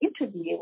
interview